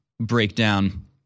breakdown